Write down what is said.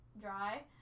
dry